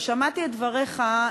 שמעתי את דבריך.